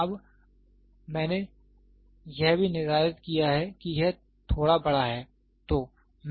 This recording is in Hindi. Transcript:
तो अब मैंने यह भी निर्धारित किया है कि यह थोड़ा बड़ा है